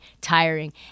tiring